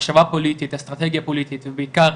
מחשבה פוליטית, אסטרטגיה פוליטית, בעיקר